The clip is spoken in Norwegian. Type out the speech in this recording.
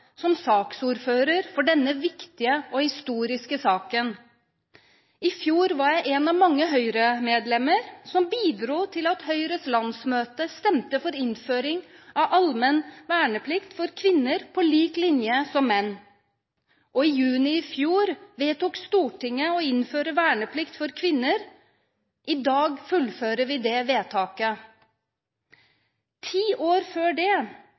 som saksordfører for denne viktige og historiske saken. I fjor var jeg et av mange Høyre-medlemmer som bidro til at Høyres landsmøte stemte for innføring av allmenn verneplikt for kvinner på lik linje med menn. I juni i fjor vedtok Stortinget å innføre verneplikt for kvinner. I dag fullfører vi det vedtaket. Ti år før det